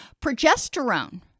Progesterone